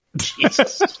Jesus